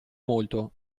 molto